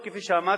כפי שאמרתי,